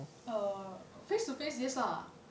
err face to face yes lah